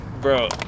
Bro